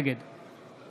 נגד